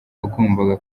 bagomba